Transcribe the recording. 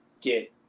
get